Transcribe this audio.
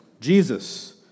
Jesus